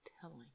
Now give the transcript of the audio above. telling